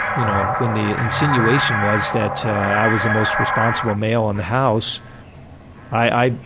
y'know, when the insinuation was that i was the most responsible male in the house i